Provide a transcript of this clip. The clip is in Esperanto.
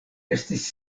estis